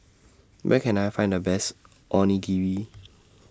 Where Can I Find The Best Onigiri